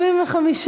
התשע"ד 2014,